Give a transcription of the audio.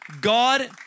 God